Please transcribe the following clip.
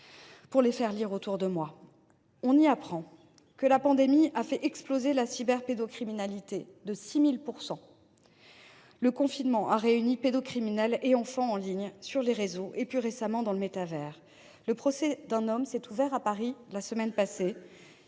pour les faire lire autour de moi. On y apprend que la pandémie a fait exploser la cyberpédocriminalité de 6 000 %. Le confinement a réuni pédocriminels et enfants en ligne, sur les réseaux et, plus récemment, dans le métavers. La semaine dernière, le procès d’un homme s’est ouvert à Paris : il aurait